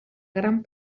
gran